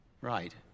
Right